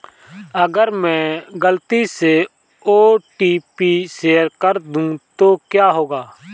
अगर मैं गलती से ओ.टी.पी शेयर कर दूं तो क्या होगा?